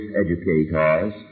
educators